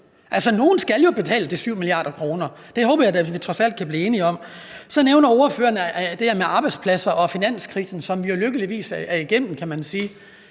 nogen skal jo betale de 7 mia. kr., det håber jeg da vi trods alt kan blive enige om. Så nævner SF's ordfører det her med arbejdspladser og finanskrisen, som vi lykkeligvis er igennem, kan man sige.